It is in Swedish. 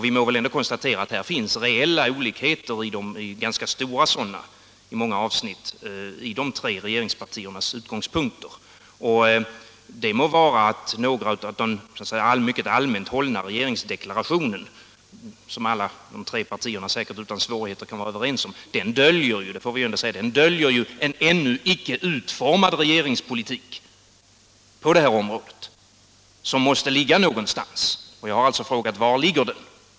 Vi må väl ändå konstatera att det finns reella olikheter — i många avsnitt ganska stora — i de tre regeringspartiernas utgångspunkter. Det må vara att den mycket allmänt hållna regeringsdeklarationen, som de tre partierna säkert utan svårigheter kan vara överens om, döljer en ännu icke utformad regeringspolitik på det här området som måste ligga någonstans. Jag har alltså frågat: Var ligger den?